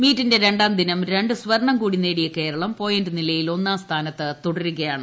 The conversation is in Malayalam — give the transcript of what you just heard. മീറ്റിന്റെ രണ്ടാം ദിനം രണ്ട് സ്വർണം കൂടി നേടിയ കേരളം പോയിന്റ് നിലയിൽ ഒന്നാം സ്ഥാനത്ത് തുടരുകയാണ്